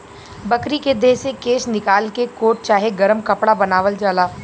बकरी के देह से केश निकाल के कोट चाहे गरम कपड़ा बनावल जाला